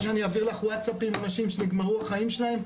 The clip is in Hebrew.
את רוצה שאני אעביר לך וואטסאפ מאנשים שנגמרו החיים שלהם?